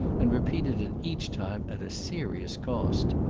and repeated it each time at a serious cost.